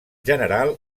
general